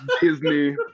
Disney